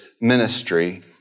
ministry